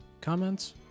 comments